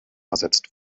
ersetzt